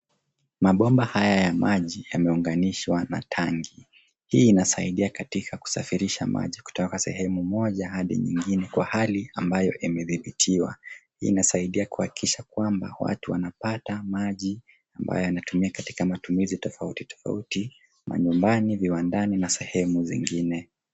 Mabomba haya ya maji yameunganishwa na tangi. Hii inasaidia katika kusafirisha maji kutoka sehemu moja hadi nyingine kwa hali ambayo imedhibitiwa, hii inasaidia kuhakikisha kwamba watu wanapata maji ambayo yanatumika katika matumizi tofauti, tofauti, manyumbani, viwandani na sehemu zingine.